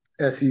SEC